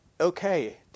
okay